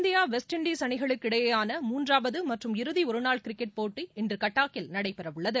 India west Indies அணிகளுக்கு இடையேயான மூன்றாவது மற்றம் இறதி ஒருநாள் கிரிக்கெட் போட்டி இன்று கட்டாக்கில் நடைபெறவுள்ளது